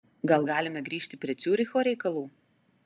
gal galime grįžti prie ciuricho reikalų